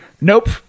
Nope